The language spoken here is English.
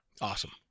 Awesome